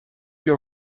your